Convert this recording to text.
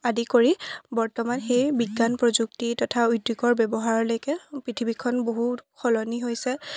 আদি কৰি বৰ্তমান সেই বিজ্ঞান প্ৰযুক্তি তথা উদ্যোগৰ ব্যৱহাৰলৈকে পৃথিৱীখন বহুত সলনি হৈছে